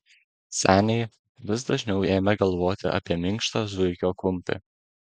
seniai vis dažniau ėmė galvoti apie minkštą zuikio kumpį